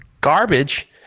garbage